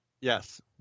Yes